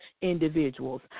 individuals